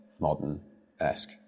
modern-esque